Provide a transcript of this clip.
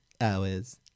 hours